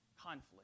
conflict